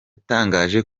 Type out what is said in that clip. yatangaje